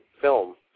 film